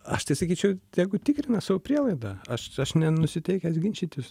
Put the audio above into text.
aš tai sakyčiau tegu tikrina savo prielaidą aš aš nenusiteikęs ginčytis